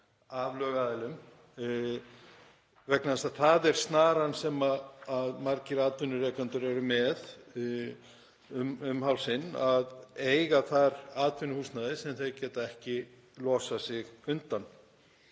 af lögaðilum vegna þess að það er snaran sem margir atvinnurekendur eru með um hálsinn, að eiga þar atvinnuhúsnæði sem þeir geta ekki losað sig undan.